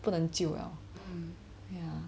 不能救 liao